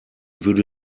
würde